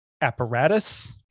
apparatus